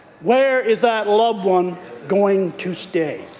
where is that loved one going to stay?